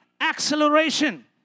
acceleration